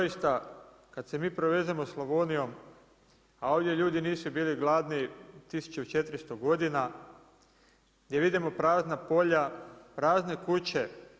I doista, kad se mi provezemo Slavonijom, a ovdje ljudi nisu bili gladni 1400 godina, gdje vidimo prazna polja, prazne kuće.